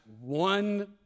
one